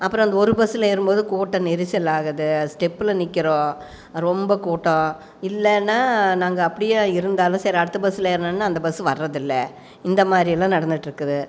அப்புறோம் அங்கே ஒரு பஸ்ஸில் ஏறும்போது கூட்ட நெரிசல் ஆகுது ஸ்டெப்பில் நிற்கிறோம் ரொம்ப கூட்டம் இல்லைனா நாங்கள் அப்படியே இருந்தாலும் சரி அடுத்த பஸ்ஸில் ஏறுனும்னா அந்த பஸ் வரதில்லை இந்த மாதிரியெல்லாம் நடந்துட்டுருக்குது